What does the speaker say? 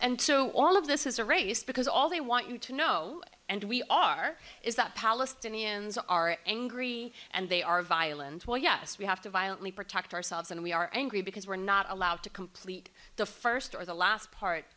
and so all of this is a race because all they want you to know and we are is that palestinians are angry and they are violent oh yes we have to violently protect ourselves and we are angry because we're not allowed to complete the first or the last part